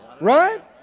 right